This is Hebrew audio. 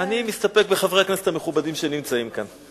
אני מסתפק בחברי הכנסת המכובדים שנמצאים כאן.